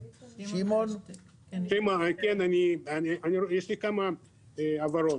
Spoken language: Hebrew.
כן, יש לי כמה הבהרות.